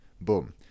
boom